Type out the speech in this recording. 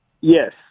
Yes